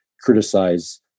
criticize